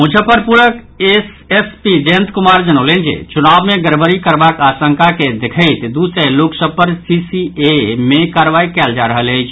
मुजफ्फरपुरक एसएसपी जयंत कुमार जनौलनि जे चुनाव मे गड़बड़ी करबाक आशंका के देखैत दू सय लोक सभ पर सीसीए मे कार्रवाई कयल जा रहल अछि